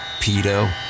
pedo